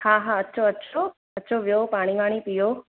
हा हा अचो अचो अचो वियो पाणी वाणी पियो